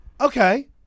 okay